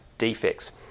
defects